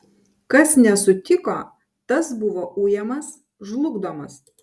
kas nesutiko tas buvo ujamas žlugdomas